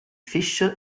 fischer